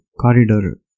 corridor